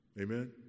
Amen